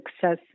success